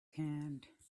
hand